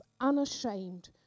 unashamed